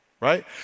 Right